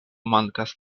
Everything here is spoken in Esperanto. mankas